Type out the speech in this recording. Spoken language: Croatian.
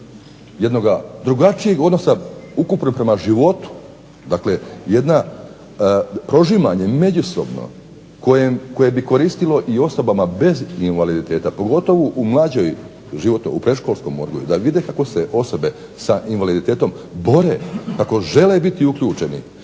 jednoga drugačijeg odnosa ukupno prema životu, dakle jedno prožimanje međusobno koje bi koristilo i osobama bez invaliditeta pogotovo u mlađoj životnoj dobi, u predškolskom odgoju, da vide kako se osobe sa invaliditetom bore, kako žele biti uključeni.